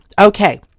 Okay